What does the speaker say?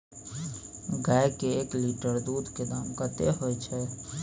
गाय के एक लीटर दूध के दाम कतेक होय छै?